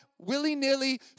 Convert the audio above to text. willy-nilly